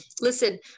listen